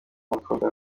abakobwa